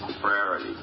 priority